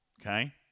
Okay